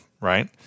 right